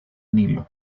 nilo